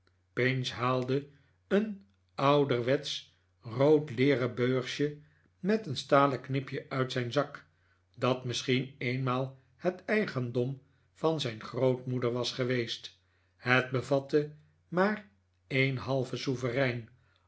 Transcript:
pinch haalde een ouderwetsch rood leeren beursje met een stalen knipje uit zijn zak dat misschien eenmaal het eigendom van zijn grootmoeder was geweest het bevatte maar een halve souverein